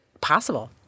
possible